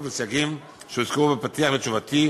וכאמור, בסייגים שהוצגו בפתיח של תשובתי